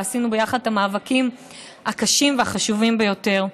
ושעשינו יחד את המאבקים הקשים והחשובים ביותר.